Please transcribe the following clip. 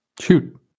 Shoot